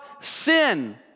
sin